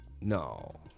No